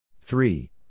Three